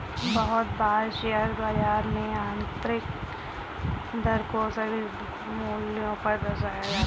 बहुत बार शेयर बाजार में आन्तरिक दर को सभी मूल्यों पर दर्शाया जाता है